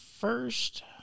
first